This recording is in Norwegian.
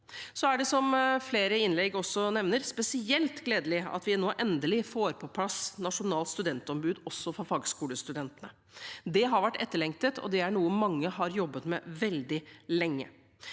Som man i flere innlegg også nevner, er det spesielt gledelig at vi nå endelig får på plass nasjonalt studentombud også for fagskolestudentene. Det har vært etterlengtet, det er noe mange har jobbet med veldig lenge,